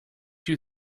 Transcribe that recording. you